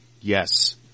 Yes